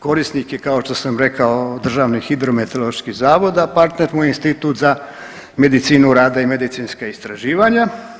Korisnik je kao što sam rekao Državni hidrometeorološki zavod, a partner mu je Institut za medicinu rada i medicinska istraživanja.